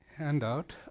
handout